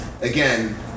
again